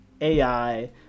AI